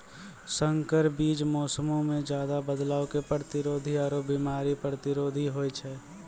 संकर बीज मौसमो मे ज्यादे बदलाव के प्रतिरोधी आरु बिमारी प्रतिरोधी होय छै